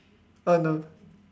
oh no